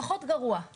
פחות גרוע.